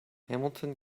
hamilton